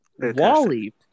Wally